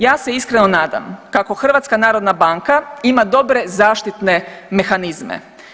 Ja se iskreno nadam kako HNB ima dobre zaštitne mehanizme.